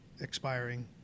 expiring